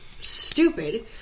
stupid